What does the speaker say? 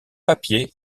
papier